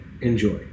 Enjoy